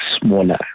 smaller